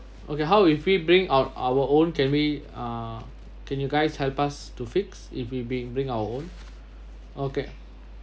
okay how if we bring out our own can we uh can you guys help us to fix if we bri~ bring our okay